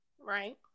Right